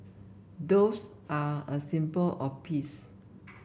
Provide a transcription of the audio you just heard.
doves are a symbol or peace